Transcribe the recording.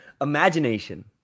Imagination